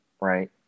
right